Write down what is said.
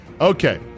Okay